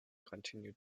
continued